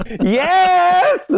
Yes